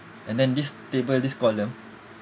and then this table this column